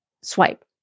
swipe